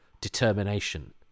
determination